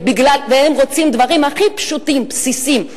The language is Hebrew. והם רוצים את הדברים הכי פשוטים ובסיסיים,